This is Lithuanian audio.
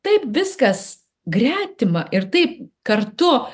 taip viskas gretima ir taip kartu